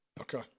Okay